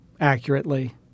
accurately